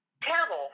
terrible